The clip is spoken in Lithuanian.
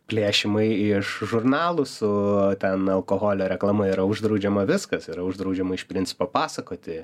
plėšymai iš žurnalų su ten alkoholio reklama yra uždraudžiama viskas yra uždraudžiama iš principo papasakoti